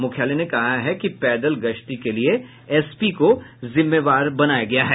मुख्यालय ने कहा है कि पैदल गश्ती के लिए एसपी को जिम्मेवार बनाया गया है